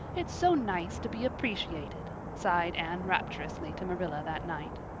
it's so nice to be appreciated, sighed anne rapturously to marilla that night.